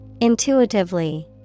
Intuitively